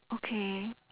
okay